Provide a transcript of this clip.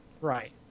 Right